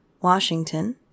Washington